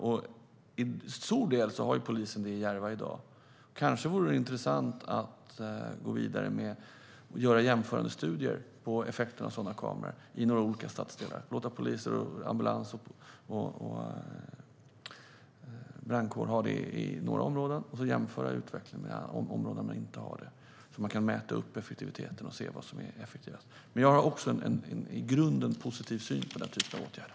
Till stor del har polisen i Järva det i dag. Det vore kanske intressant att gå vidare och göra jämförande studier av effekten av sådana kameror i några olika stadsdelar. Man skulle då låta poliser, ambulans och brandkår ha kameror i några områden och jämföra med utvecklingen i områden där de inte har det. Då kan man mäta effektiviteten och se vad som är effektivast. Men jag har också en i grunden positiv syn på den typen av åtgärder.